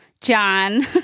John